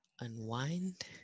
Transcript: unwind